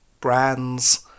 brands